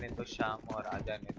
the shot that